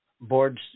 boards